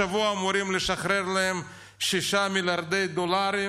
השבוע אמורים לשחרר להם 6 מיליארד דולרים,